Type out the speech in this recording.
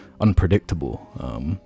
unpredictable